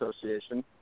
Association